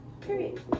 Period